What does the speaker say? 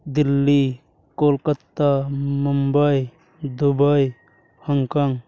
Delhi Kolkata Mumbai Dubai Hong Kong